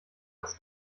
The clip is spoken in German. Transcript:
als